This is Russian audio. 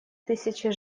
тысячи